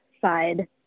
side